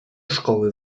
szkoły